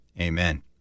Amen